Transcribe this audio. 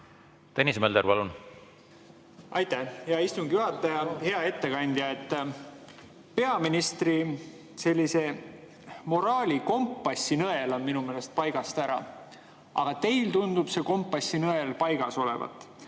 Tõnis Mölder, palun! Aitäh, hea istungi juhataja! Hea ettekandja! Peaministri moraalikompassi nõel on minu meelest paigast ära, aga teil tundub see kompassinõel paigas olevat.